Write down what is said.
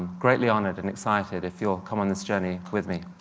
greatly honored and excited if you'll come on this journey with me.